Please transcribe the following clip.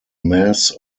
mass